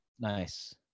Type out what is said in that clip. Nice